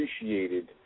appreciated